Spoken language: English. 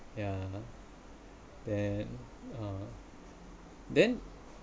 yeah then uh then